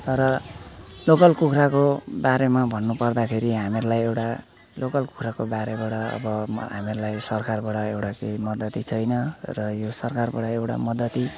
र लोकल कुखुराको बारेमा भन्नुपर्दाखेरि हामीहरूलाई एउटा लोकल कुखुराको बारेबाट अब म हामीहरूलाई सरकारबाट एउटा केही मद्दती छैन र यो सरकारबाट एउटा मद्दती